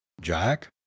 Jack